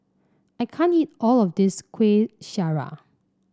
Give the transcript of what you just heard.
I can't eat all of this Kueh Syara